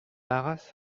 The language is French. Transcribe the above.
arras